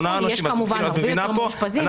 יש כמובן הרבה יותר מאושפזים עם קורונה.